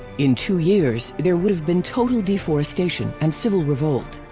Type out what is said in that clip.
in two years, there would have been total deforestation and civil revolt.